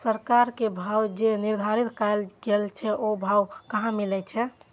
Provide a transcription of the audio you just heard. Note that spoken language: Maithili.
सरकार के भाव जे निर्धारित कायल गेल छै ओ भाव कहाँ मिले छै?